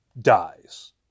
dies